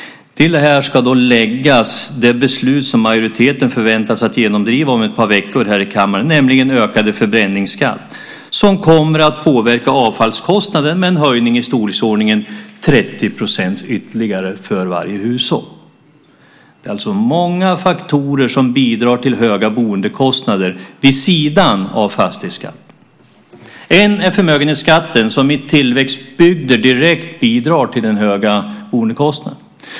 Till detta ska läggas det beslut som majoriteten om ett par veckor förväntas genomdriva här i kammaren, nämligen ett beslut om en ökad förbränningsskatt. Det kommer att påverka avfallskostnaden med en höjning om i storleksordningen ytterligare 30 % för varje hushåll. Det är alltså många faktorer som vid sidan av fastighetsskatten bidrar till höga boendekostnader. En sådan faktor är förmögenhetsskatten som i tillväxtbygder direkt bidrar till en hög boendekostnad.